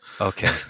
Okay